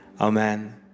Amen